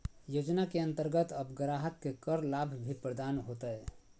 योजना के अंतर्गत अब ग्राहक के कर लाभ भी प्रदान होतय